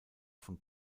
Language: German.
von